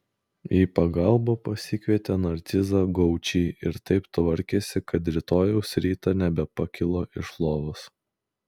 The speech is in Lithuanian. į pagalbą pasikvietė narcizą gaučį ir taip tvarkėsi kad rytojaus rytą nebepakilo iš lovos